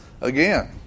Again